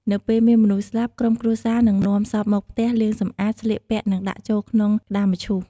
នៅពេលមានមនុស្សស្លាប់ ក្រុមគ្រួសារនឹងនាំសពមកផ្ទះ លាងសម្អាត ស្លៀកពាក់ និងដាក់ចូលក្នុងក្តារមឈូស។